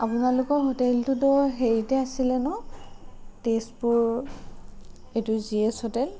আপোনালোকৰ হোটেলটোতো হেৰিতে আছিলে ন' তেজপুৰ এইটো জিএছ হোটেল